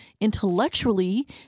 intellectually